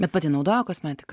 bet pati naudojo kosmetiką